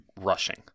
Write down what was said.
rushing